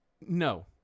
no